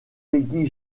peggy